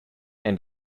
and